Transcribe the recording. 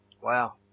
Wow